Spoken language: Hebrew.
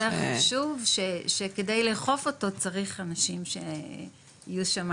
זה חוזר חשוב שכדי לאכוף אותו צריך אנשים שיהיו שמה,